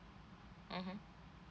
mmhmm